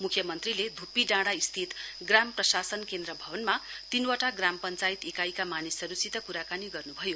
मुख्यमन्त्रीले धुप्पीडाँडा स्थित ग्राम प्रशासन केन्द्र भवनमा तीनवटा ग्राम पश्चायत इकाइका मानिहरूसित कुराकानी गर्नु भयो